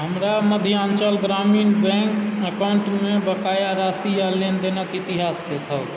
हमरा मध्याञ्चल ग्रामीण बैङ्क अकाउण्ट मे बकाया राशि आ लेनदेनक इतिहास देखाउ